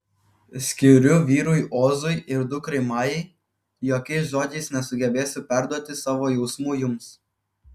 skiriu vyrui ozui ir dukrai majai jokiais žodžiais nesugebėsiu perduoti savo jausmų jums